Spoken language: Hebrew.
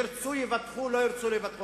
ירצו, יבטחו, לא ירצו, לא יבטחו.